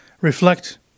reflect